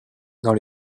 dans